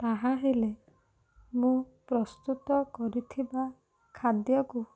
ତାହାହେଲେ ମୁଁ ପ୍ରସ୍ତୁତ କରିଥିବା ଖାଦ୍ୟକୁ